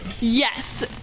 Yes